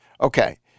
Okay